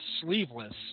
sleeveless